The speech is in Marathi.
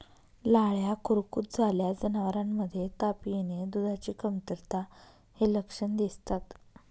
लाळ्या खुरकूत झाल्यास जनावरांमध्ये ताप येणे, दुधाची कमतरता हे लक्षण दिसतात